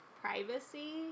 privacy